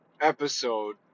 episode